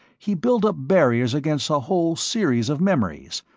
he built up barriers against a whole series of memories,